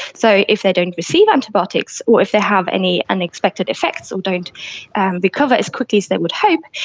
so if they don't receive antibiotics or if they have any unexpected effects or don't recover as quickly as they would hope,